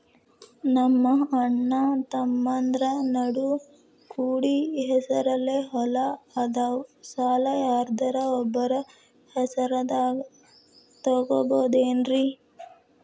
ನಮ್ಮಅಣ್ಣತಮ್ಮಂದ್ರ ನಡು ಕೂಡಿ ಹೆಸರಲೆ ಹೊಲಾ ಅದಾವು, ಸಾಲ ಯಾರ್ದರ ಒಬ್ಬರ ಹೆಸರದಾಗ ತಗೋಬೋದೇನ್ರಿ?